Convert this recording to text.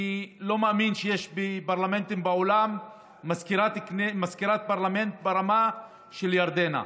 אני לא מאמין שיש בפרלמנטים בעולם מזכירת פרלמנט ברמה של ירדנה.